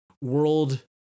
world